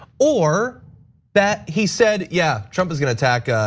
or that he said, yeah, trump is gonna attack,